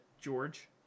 george